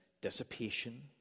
dissipation